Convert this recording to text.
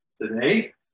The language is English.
today